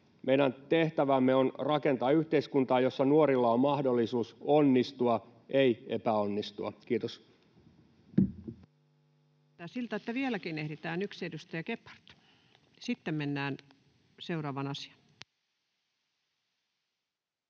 Meidän tehtävämme on rakentaa yhteiskuntaa, jossa nuorilla on mahdollisuus onnistua, ei epäonnistua. — Kiitos. Näyttää siltä, että vieläkin ehditään yksi, edustaja Gebhard. Sitten mennään seuraavaan asiaan.